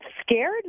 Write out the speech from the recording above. scared